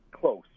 close